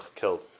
killed